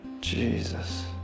Jesus